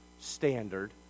standard